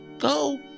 Go